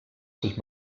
sich